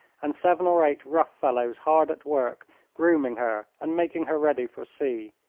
and seven or eight rough fellows hard at work grooming her and making her ready for sea.